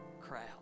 crowd